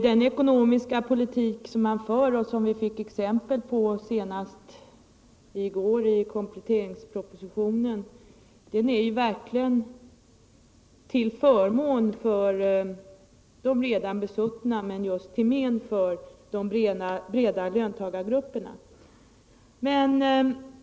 Den ekonomiska politik som förs, och som vi fick exempel på senast i går i kompletteringspropositionen, är verkligen ull förmån för de redan besuttna och till men för de breda löntagargrupperna.